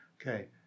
okay